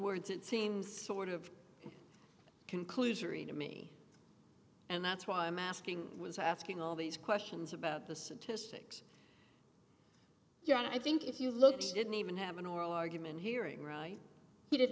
words it seems sort of conclusory to me and that's why i'm asking was asking all these questions about the statistics you're right i think if you look he didn't even have an oral argument hearing right he did